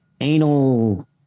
anal